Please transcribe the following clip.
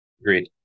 Agreed